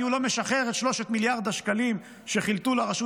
הוא לא משחרר את שלושת מיליארד השקלים שחילטו לרשות